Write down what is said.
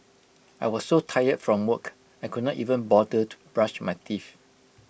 I was so tired from work I could not even bother to brush my teeth